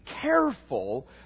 careful